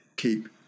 Keep